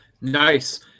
nice